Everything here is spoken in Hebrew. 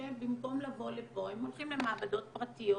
שהם במקום לבוא לפה הם הולכים למעבדות פרטיות.